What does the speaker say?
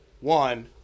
one